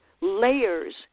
layers